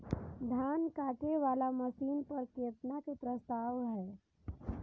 धान काटे वाला मशीन पर केतना के प्रस्ताव हय?